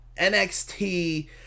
NXT